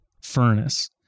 furnace